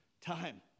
time